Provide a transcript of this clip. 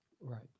Right